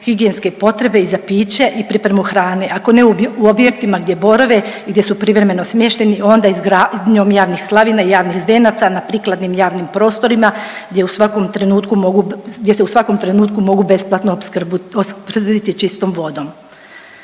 higijenske potrebe i za piće i pripremu hrane, ako ne u objektima gdje borave i gdje su privremeno smješteni onda izgradnjom javnih slavina, javnih zdenaca na prikladnim javnim prostorima gdje u svakom trenutku mogu, gdje se u svakom